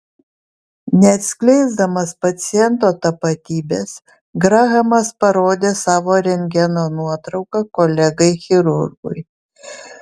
neatskleisdamas paciento tapatybės grahamas parodė savo rentgeno nuotrauką kolegai chirurgui